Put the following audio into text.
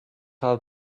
how